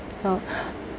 oh